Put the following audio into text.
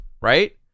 right